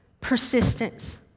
persistence